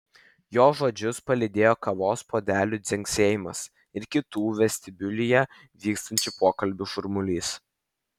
jo žodžius palydėjo kavos puodelių dzingsėjimas ir kitų vestibiulyje vykstančių pokalbių šurmulys